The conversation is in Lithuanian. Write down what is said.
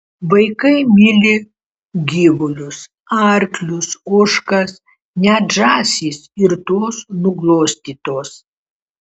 vaikai myli gyvulius arklius ožkas net žąsys ir tos nuglostytos